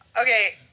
Okay